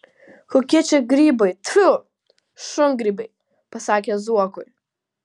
kokie čia grybai tfu šungrybiai pasakė zuokui